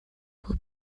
will